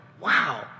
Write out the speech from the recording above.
wow